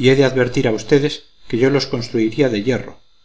y he de advertir a ustedes que yo los construiría de hierro